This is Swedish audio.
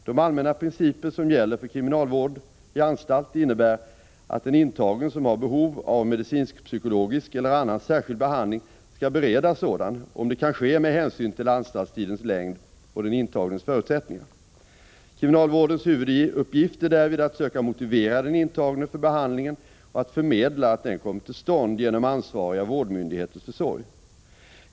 De allmänna principer som gäller för kriminalvården i anstalt innebär att en intagen som har behov av medicinsk-psykologisk eller annan särskild behandling skall beredas sådan, om det kan ske med hänsyn till anstaltstidens längd och den intagnes förutsättningar. Kriminalvårdens huvuduppgift är därvid att söka motivera den intagne för behandlingen och att förmedla att den kommer till stånd genom ansvariga vårdmyndigheters försorg.